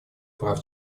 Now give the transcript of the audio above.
прав